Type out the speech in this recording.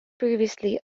previously